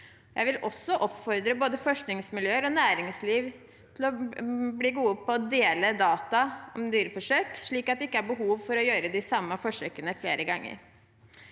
Jeg vil oppfordre både forskningsmiljøer og næringsliv til å bli gode på å dele data om dyreforsøk, slik at det ikke er behov for å gjøre de samme forsøkene flere ganger.